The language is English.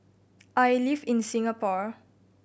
I live in Singapore